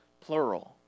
plural